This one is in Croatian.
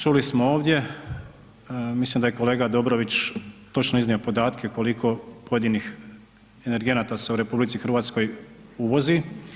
Čuli smo ovdje, mislim da je kolega Dobrović točno iznio podatke koliko pojedinih energenata se u RH uvozi.